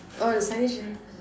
oh the signage